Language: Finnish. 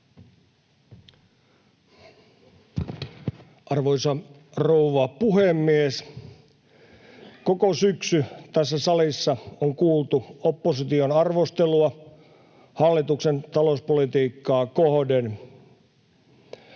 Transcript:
Arvoisa rouva puhemies! Koko syksy tässä salissa on kuultu opposition arvostelua hallituksen talouspolitiikkaa kohden.